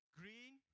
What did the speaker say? green